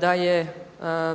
da je